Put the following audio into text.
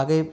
आगे